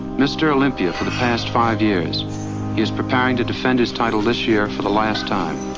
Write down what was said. mr. olympia for the past five years. he is preparing to defend his title this year for the last time.